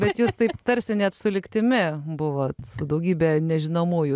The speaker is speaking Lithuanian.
bet jūs taip tarsi net su lygtimi buvot su daugybe nežinomųjų